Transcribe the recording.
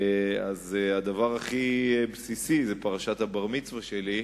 הדבר הכי בסיסי הוא פרשת בר-המצווה שלי,